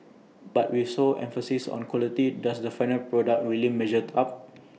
but with so much emphasis on quality does the final product really measure up